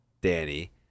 Danny